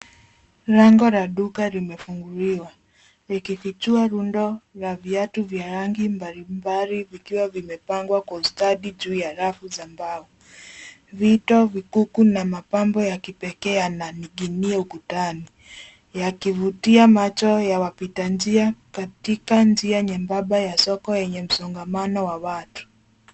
Lango la duka limefunguliwa, likifichua rundo la viatu vya rangi mbalimbali vikiwa vimepangwa kwa ustadi juu ya rafu za mbao. Vito, vikuku na mapambo ya kipekee yananing'inia ukutani, yakivutia macho ya wapita njia katika njia nyembaba ya soko yenye msongamano wa watu .